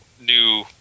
new